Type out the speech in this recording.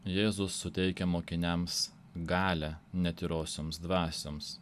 jėzus suteikia mokiniams galią netyrosioms dvasioms